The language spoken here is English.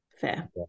fair